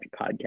podcast